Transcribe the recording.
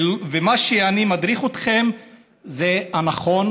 ומה שאני מדריך אתכם זה הנכון,